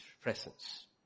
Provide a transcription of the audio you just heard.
presence